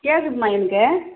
கேட்குதும்மா எனக்கு